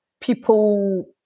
people